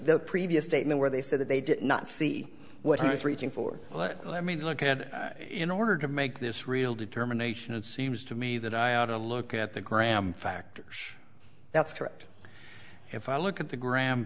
the previous statement where they said that they did not see what he was reaching for i mean look at it in order to make this real determination it seems to me that i ought to look at the graham factor that's correct if i look at the gram